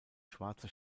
schwarze